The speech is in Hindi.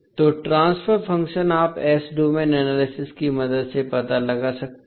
तो ट्रांसफर फ़ंक्शन आप s डोमेन एनालिसिस की मदद से पता लगा सकते हैं